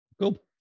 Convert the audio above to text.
Cool